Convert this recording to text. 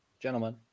gentlemen